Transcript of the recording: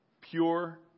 pure